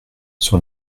sur